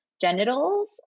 genitals